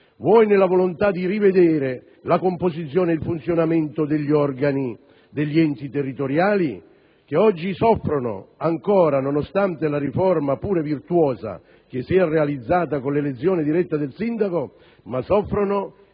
vuoi nella volontà di rivedere la composizione e il funzionamento degli organi degli enti territoriali, che oggi, nonostante la riforma, pur virtuosa, che si è realizzata con l'elezione diretta del sindaco, soffrono